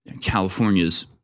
California's